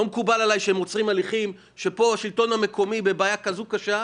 לא מקובל עלי שהם עוצרים הליכים כשהשלטון המקומי בבעיה כזו קשה.